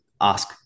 ask